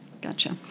gotcha